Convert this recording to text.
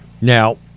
Now